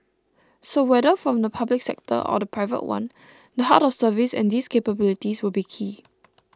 so whether from the public sector or the private one the heart of service and these capabilities will be key